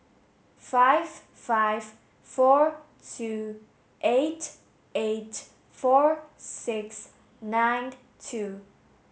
five five four two eight eight four six nine two